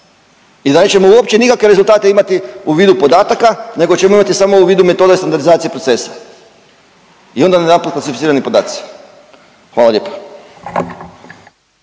i da nećemo uopće nikakve rezultate imati u vidu podataka nego ćemo imati samo u vidu metode standardizacije procesa i onda najedanput klasificirani podaci. Hvala lijepa.